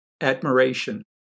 admiration